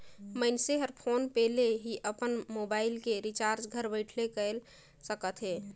मइनसे हर फोन पे ले ही अपन मुबाइल के रिचार्ज घर बइठे कएर सकथे